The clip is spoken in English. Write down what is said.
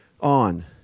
on